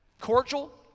Cordial